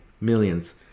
Millions